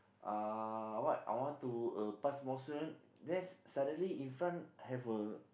uh what I want to uh pass motion then suddenly in front have a